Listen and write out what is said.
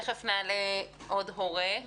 תיכף נעלה עוד הורה,